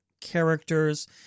characters